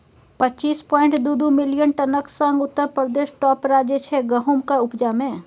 पच्चीस पांइट दु दु मिलियन टनक संग उत्तर प्रदेश टाँप राज्य छै गहुमक उपजा मे